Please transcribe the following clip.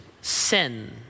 sin